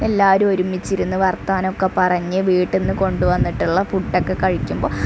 എല്ലാവരും ഒരുമിച്ചിരുന്ന് വർത്തമാനം ഒക്കെ പറഞ്ഞ് വീട്ടിൽ നിന്ന് കൊണ്ടുവന്നിട്ടുള്ള ഫുഡ് ഒക്കെ കഴിക്കുമ്പോൾ